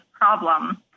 problem